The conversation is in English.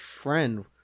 friend